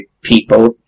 people